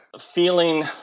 feeling